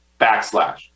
backslash